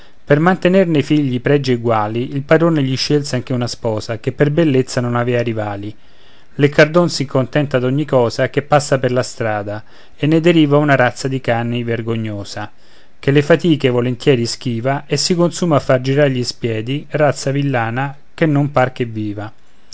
per mantener nei figli pregi eguali il padrone gli scelse anche una sposa che per bellezza non avea rivali leccardon si contenta d'ogni cosa che passa per la strada e ne deriva una razza di cani vergognosa che le fatiche volentieri schiva e si consuma a far girar gli spiedi razza villana che non par che viva